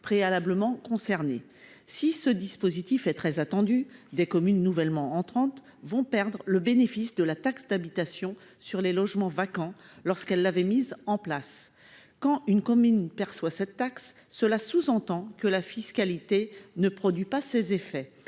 préalablement concernés. Si ce dispositif est très attendu, certaines communes nouvellement entrantes perdront le bénéfice de la taxe d'habitation sur les logements vacants, lorsqu'elles l'avaient instituée. Quand une commune perçoit cette taxe, cela sous-entend que la fiscalité ne produit pas les effets